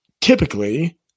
Typically